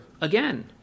again